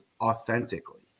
authentically